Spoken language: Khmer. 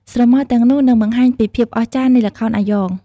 ស្រមោលទាំងនោះនឹងបង្ហាញពីភាពអស្ចារ្យនៃល្ខោនអាយ៉ង។